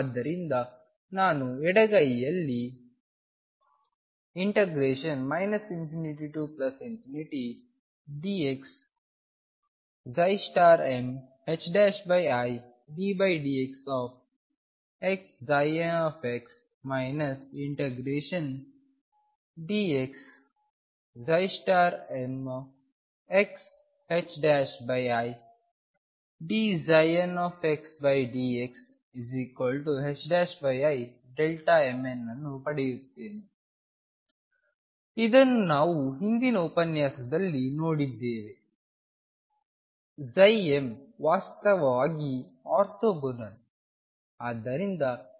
ಆದ್ದರಿಂದ ನಾನು ಎಡಗೈಯಲ್ಲಿ ∞dx middxxn ∫dxm xi dnxdximn ಅನ್ನು ಪಡೆಯಲಿದ್ದೇನೆ ಇದನ್ನು ನಾವು ಹಿಂದಿನ ಉಪನ್ಯಾಸದಲ್ಲಿ ನೋಡಿದ್ದೇವೆ mವಾಸ್ತವವಾಗಿ ಆರ್ಥೋಗೋನಲ್